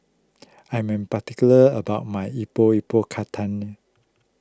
I am particular about my Epok Epok Kentang